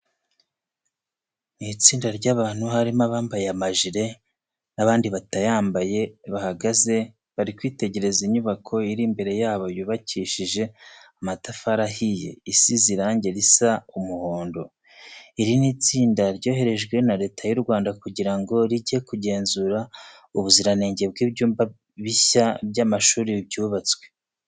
Ni istinda ry'abantu harimo abambaye amajire n'abandi batayambaye, bahagaze bari kwitegereza inyubako iri imbere yabo yubakishije amatafari ahiye, isize irange risa umuhondo. Iri ni itsinda ryoherejwe na Leta y'u Rwanda kugira ngo rijye kugenzura ubuziranenge bw'ibyumba bishya by'amashuri byubatswe.